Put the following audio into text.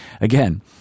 Again